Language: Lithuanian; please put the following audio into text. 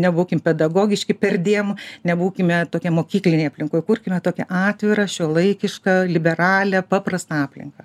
nebūkim pedagogiški perdėm nebūkime tokie mokyklinėj aplinkoj kurkime tokią atvirą šiuolaikišką liberalią paprastą aplinką